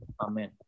Amen